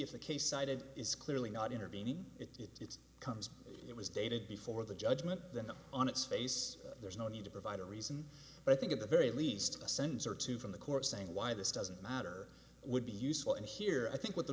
the case cited is clearly not intervening it's comes it was dated before the judgment then on its face there's no need to provide a reason but i think at the very least a sentence or two from the court saying why this doesn't matter would be useful and here i think what the